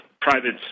private